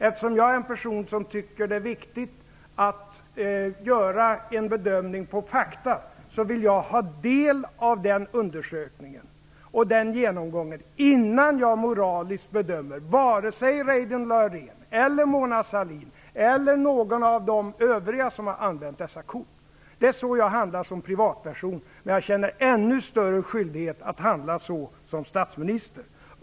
Eftersom jag är en person som tycker att det är viktigt att göra en bedömning på fakta, vill jag ha del av den genomgången innan jag bedömer någondera av Reidunn Laurén, Mona Sahlin eller de övriga som har använt dessa kort. Det är så jag handlar som privatperson, och jag känner ännu större skyldighet att handla så som statsminister.